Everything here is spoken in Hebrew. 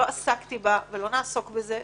ולא נעסוק בזה.